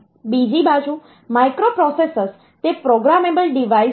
બીજી બાજુ માઇક્રોપ્રોસેસર્સ તે પ્રોગ્રામેબલ ડિવાઇસ છે